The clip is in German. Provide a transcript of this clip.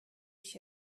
ich